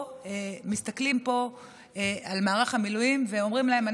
מסתכלים על מערך המילואים ואומרים להם: